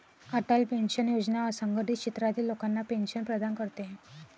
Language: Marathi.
अटल पेन्शन योजना असंघटित क्षेत्रातील लोकांना पेन्शन प्रदान करते